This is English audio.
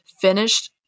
finished